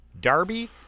Darby